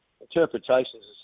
interpretations